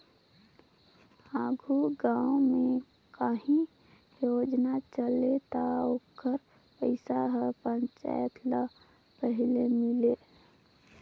आघु गाँव में काहीं योजना चले ता ओकर पइसा हर सरपंच ल पहिले मिले